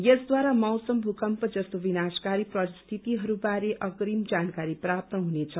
यसद्वारा मौसम भूकम्प जस्तो विनाशकारी परिस्थितिहरू बारेमा अग्रिम जानकारी प्राप्त हुनेछ